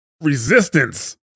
resistance